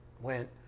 went